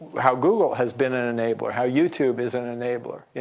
how google has been an enabler, how youtube is an enabler.